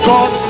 God